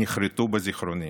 נחרתו בזיכרוני.